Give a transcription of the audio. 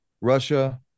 Russia